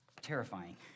terrifying